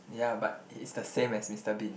ya but it's the same as Mister Bean